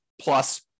plus